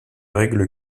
règles